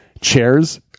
chairs